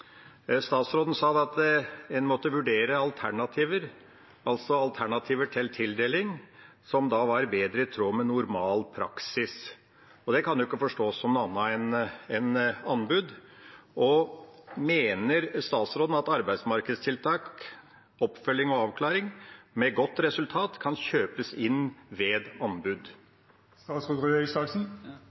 Statsråden sa at en måtte vurdere alternativer, altså alternativer til tildeling, som da var bedre i tråd med normal praksis. Det kan ikke forstås som noe annet enn anbud. Mener statsråden at arbeidsmarkedstiltak, oppfølging og avklaring med godt resultat kan kjøpes inn ved anbud? Nå var det en del premisser i det spørsmålet som jeg ikke er